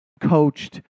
coached